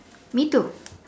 me too